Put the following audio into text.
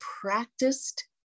practiced